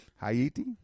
Haiti